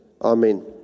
Amen